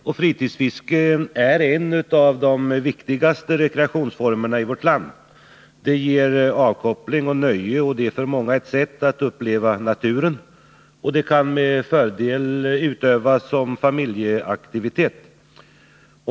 Just fritidsfisket är en av de viktigaste rekreationsformerna i vårt land. Det ger avkoppling och nöje, och för många är det ett sätt att uppleva naturen. Det kan med fördel utövas som en familjeaktivitet.